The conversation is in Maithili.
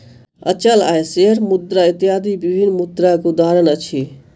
अचल आय, शेयर मुद्रा इत्यादि विभिन्न मुद्रा के उदाहरण अछि